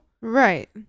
right